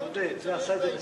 אמנות הקיצור יש בה יתרונות,